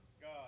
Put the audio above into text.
God